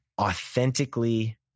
authentically